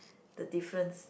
the difference